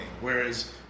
whereas